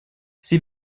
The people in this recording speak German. sie